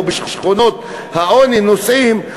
או בשכונות העוני נוסעים,